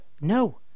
No